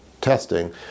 testing